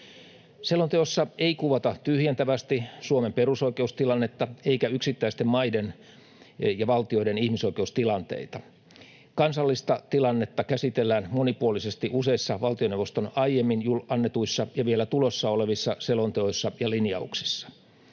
Selonteossa ei kuvata tyhjentävästi Suomen perusoikeustilannetta eikä yksittäisten maiden ja valtioiden ihmisoikeustilanteita. Kansallista tilannetta käsitellään monipuolisesti useissa valtioneuvoston aiemmin annetuissa ja vielä tulossa olevissa selonteoissa ja lin-jauksissa.